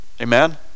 Amen